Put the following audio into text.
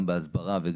גם בהסברה?